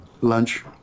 lunch